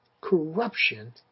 corruption